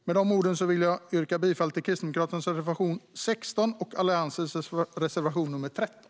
Med de orden vill jag yrka bifall till Kristdemokraternas reservation 16 och Alliansens reservation 13.